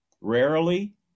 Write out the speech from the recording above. rarely